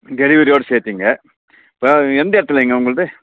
டெலிவரியோட சேர்த்திங்க இப்போ எந்த இடத்துலைங்க உங்களுது